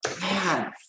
Man